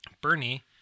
Bernie